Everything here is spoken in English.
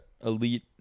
elite